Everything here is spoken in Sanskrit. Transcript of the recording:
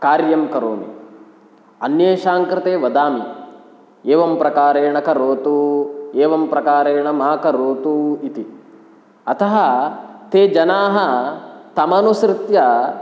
कार्यं करोमि अन्येषां कृते वदामि एवं प्रकारेण करोतु एवं प्रकारेण मा करोतु इति अतः ते जनाः तमनुसृत्य